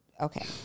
Okay